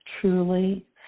truly